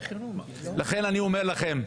לכן אני אומר לכם,